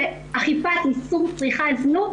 שאכיפת איסור צריכת זנות,